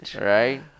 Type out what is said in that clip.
right